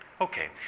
okay